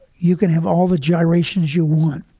you can have all the gyrations you want,